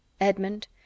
Edmund